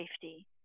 safety